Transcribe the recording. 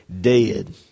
dead